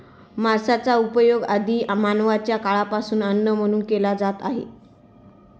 मांसाचा उपयोग आदि मानवाच्या काळापासून अन्न म्हणून केला जात आहे